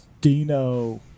Dino